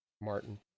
Martin